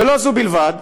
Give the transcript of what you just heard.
ולא זו בלבד,